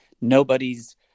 nobody's